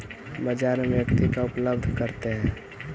बाजार में व्यक्ति का उपलब्ध करते हैं?